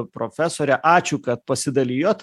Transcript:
profesore ačiū kad pasidalijot